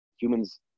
humans